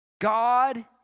God